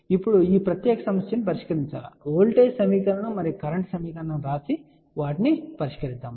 ఇప్పుడు ఈ ప్రత్యేక సమస్యను పరిష్కరించవచ్చు వోల్టేజ్ సమీకరణం మరియు కరెంట్ సమీకరణాన్ని వ్రాసి వాటిని సాధించడం ద్వారా పరిష్కరించవచ్చు